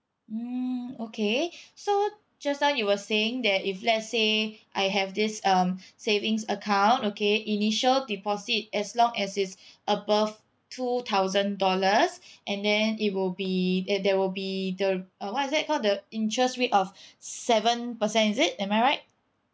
mm okay so just now you were saying that if let's say I have this um savings account okay initial deposit as long as it's above two thousand dollars and then it will be uh there will be the uh what is that called the interest rate of seven percent is it am I right